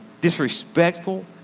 disrespectful